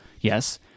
Yes